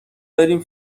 داریم